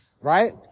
Right